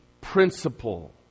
principle